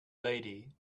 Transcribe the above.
lady